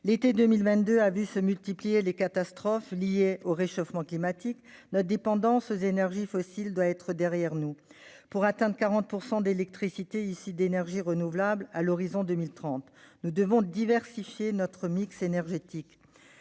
L'été 2022 a vu se multiplier les catastrophes liées au réchauffement climatique. Il faut mettre notre dépendance aux énergies fossiles derrière nous. Pour atteindre 40 % d'électricité issue d'énergies renouvelables à l'horizon 2030, nous devons diversifier notre mix énergétique.